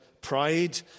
pride